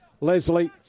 Leslie